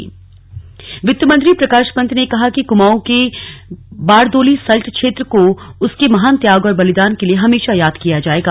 slug Prakash Pant वित्त मंत्री प्रकाश पंत ने कहा कि कुमाऊं के बारदोली सल्ट क्षेत्र को उसके महान त्याग और बलिदान के लिए हमेशा याद किया जायेगा